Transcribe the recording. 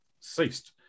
ceased